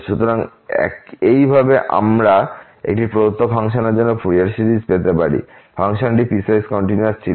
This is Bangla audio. সুতরাং এইভাবে আমরা একটি প্রদত্ত ফাংশনের জন্য ফুরিয়ার সিরিজ পেতে পারি ফাংশনটি পিসওয়াইস কন্টিনিউয়াস ছিল